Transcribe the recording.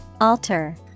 Alter